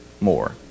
More